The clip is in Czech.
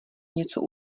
něco